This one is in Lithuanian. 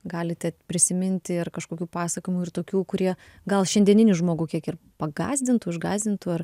galite prisiminti ir kažkokių pasakojimų ir tokių kurie gal šiandieninį žmogų kiek ir pagąsdintų išgąsdintų ar